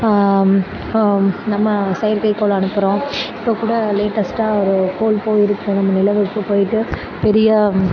நம்ம செயற்கைக்கோள் அனுப்புகிறோம் இப்போக்கூட லேட்டஸ்டாக ஒரு கோள் போயிருக்குது நம்ம நிலவுக்கு போயிட்டு பெரிய